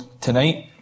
tonight